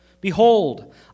behold